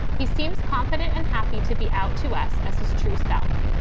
he seems confident and happy to be out to us as his true self.